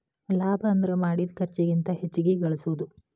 ಲಾಭ ಅಂದ್ರ ಮಾಡಿದ್ ಖರ್ಚಿಗಿಂತ ಹೆಚ್ಚಿಗಿ ಗಳಸೋದು